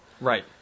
Right